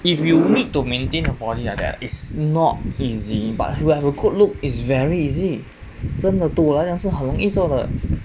if you need to maintain a body like that it's not easy but to have a good look is very easy 真的堵了药是很容易做的